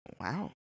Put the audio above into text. Wow